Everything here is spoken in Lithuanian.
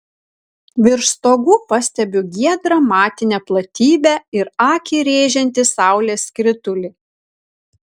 virš stogų pastebiu giedrą matinę platybę ir akį rėžiantį saulės skritulį